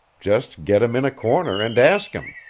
just get him in a corner and ask him.